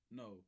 no